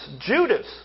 Judas